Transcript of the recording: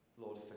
Lord